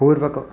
पूर्वकं